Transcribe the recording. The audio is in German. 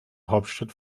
hauptstadt